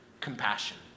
compassion